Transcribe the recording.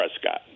Prescott